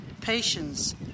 patience